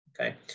Okay